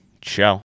Ciao